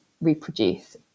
reproduce